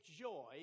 joy